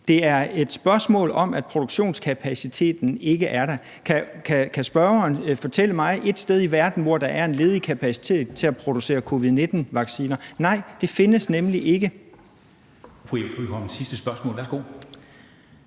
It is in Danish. Det er et spørgsmål om, at produktionskapaciteten ikke er der. Kan spørgeren fortælle mig, om der er et sted i verden, hvor der er en ledig kapacitet til at producere covid-19-vacciner? Nej, det findes nemlig ikke. Kl. 13:54 Formanden (Henrik